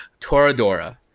Toradora